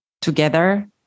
together